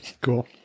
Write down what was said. Cool